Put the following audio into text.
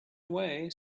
way